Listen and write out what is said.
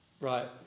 right